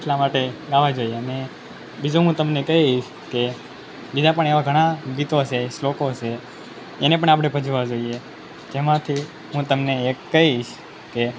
એટલા માટે ગાવા જોઇએ અને બીજું હુ તમને કહીશ કે બીજા પણ એવા ઘણાં ગીતો છે શ્લોકો છે એને પણ આપણે ભજવા જોઇએ તેમાંથી હું તમને એક કહીશ કે